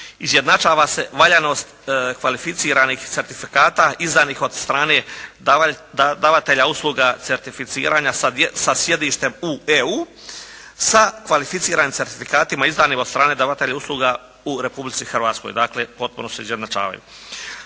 izjednačava se valjanost kvalificiranih certifikata izdanih od strane davatelja usluga certificiranja sa sjedištem u EU sa kvalificiranim certifikatima izdanih od strane davatelja usluga u Republici Hrvatskoj, dakle potpuno se izjednačavaju.